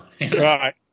Right